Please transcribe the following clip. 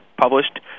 published